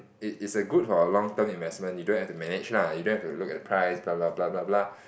it it's a good for a long term investment you don't have to manage lah you don't have to look at the price blah blah blah blah blah